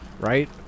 Right